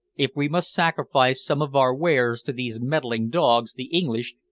if we must sacrifice some of our wares to these meddling dogs the english,